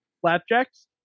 Flapjacks